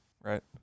right